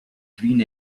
green